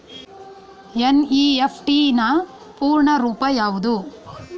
NEFT ನ ಪೂರ್ಣ ರೂಪ ಯಾವುದು?